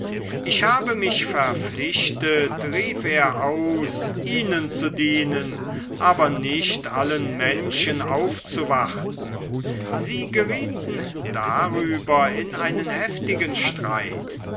ich habe mich verpflichtet rief er aus ihnen zu dienen aber nicht allen menschen aufzuwarten sie gerieten darüber in einen heftigen streit